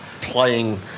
playing